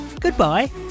goodbye